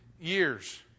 years